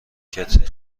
کتری